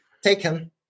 taken